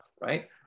right